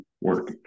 work